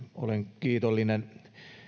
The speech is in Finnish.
olen kiitollinen